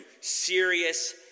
serious